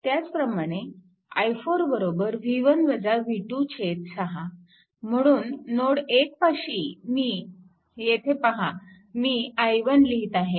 त्याचप्रमाणे i4 6 म्हणून node 1 पाशी मी येथे पहा मी i1 लिहीत आहे